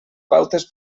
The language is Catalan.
pautes